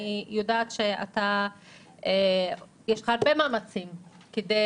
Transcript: אני יודעת שיש לך הרבה מאמצים כדי